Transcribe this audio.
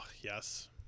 yes